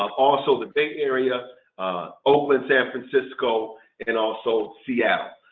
um also, the big area oakland, san francisco and also seattle,